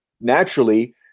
naturally